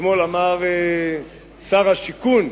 אתמול אמר שר השיכון,